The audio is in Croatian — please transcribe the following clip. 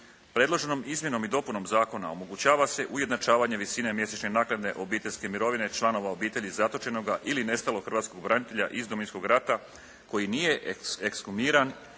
Predloženom izmjenom i dopunom zakona omogućava se ujednačavanje visine mjesečne naknade obiteljske mirovine, članova obitelji zatočenoga ili nestalog hrvatskog branitelja iz Domovinskog rata koji nije ekshumiran i identificiran